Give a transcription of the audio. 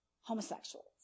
homosexuals